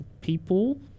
people